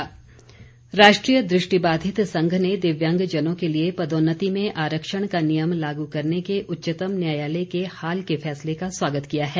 दृष्टिहीन संघ राष्ट्रीय दृष्टिबाधित संघ ने दिव्यांगजनों के लिए पदोन्नति में आरक्षण का नियम लागू करने के उच्चतम न्यायालय के हाल के फैसले का स्वागत किया है